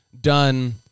done